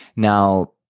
Now